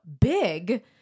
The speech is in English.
big